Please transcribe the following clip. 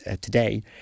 today